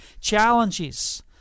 challenges